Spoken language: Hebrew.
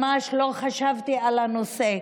ממש לא חשבתי על הנושא.